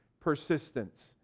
persistence